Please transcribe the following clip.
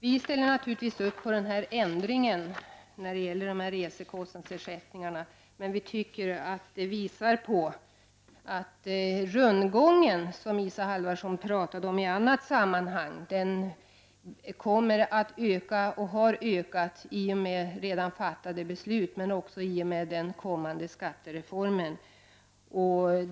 Vi ställer naturligtvis upp på ändringen av resekostnadsersättningen. Vi tycker dock att det visar på att rundgången — som Isa Halvarsson talade om i annat sammanhang — har ökat och kommer att öka till följd av redan fattade beslut och i och med den kommande skattereformen.